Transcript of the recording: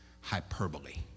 hyperbole